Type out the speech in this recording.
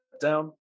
down